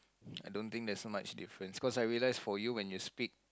I don't think there's much difference cause I realise for you when you speak